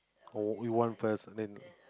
oh you want first then